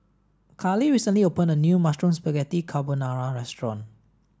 Carlee recently opened a new Mushroom Spaghetti Carbonara restaurant